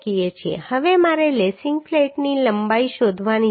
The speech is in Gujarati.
હવે મારે લેસિંગ ફ્લેટની લંબાઈ શોધવાની છે